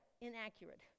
inaccurate